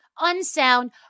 unsound